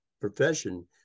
profession